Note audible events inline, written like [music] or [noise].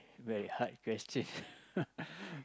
very hard question [laughs]